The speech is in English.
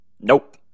Nope